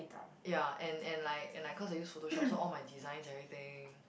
ya and and like and I cause I use Photoshop so all my designs everything